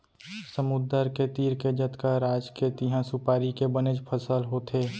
समुद्दर के तीर के जतका राज हे तिहॉं सुपारी के बनेच फसल होथे